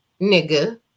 nigga